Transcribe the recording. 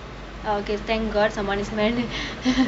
okay thank god someone